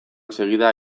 segida